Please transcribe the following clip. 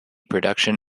production